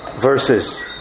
verses